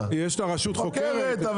רשות חוקרת.